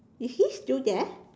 is he still there